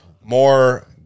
more